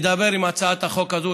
מדבר עם הצעת החוק הזאת,